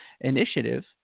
initiative